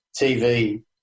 TV